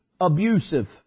abusive